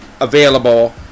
available